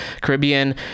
Caribbean